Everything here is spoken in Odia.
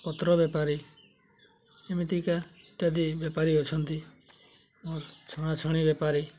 ପତ୍ର ବେପାରୀ ଏମିତିକା ଇତ୍ୟାଦି ବେପାରୀ ଅଛନ୍ତି ଛଣାଛଣି ବେପାରୀ